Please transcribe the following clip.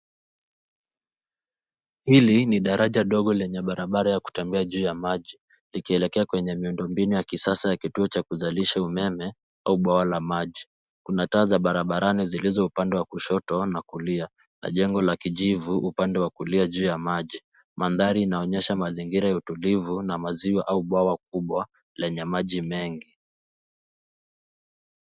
Hili, ni daraja dogo lenye barabra ya kutembea juu ya maji, likieleka kwenye miundo mbinu ya kisasa ya kituo kuzalisha umeme, au bwawa la maji. Kuna taa za barabarani zilizo upande wa kushoto, na kulia, na jengo la kijivu, upande wa kulia juu ya maji. Mandhari inaonyesha mazingira ya utulivu, na maziwa, au bwawa kubwa, lenye maji mengi.